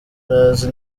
azi